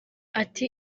ati